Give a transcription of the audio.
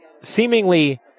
seemingly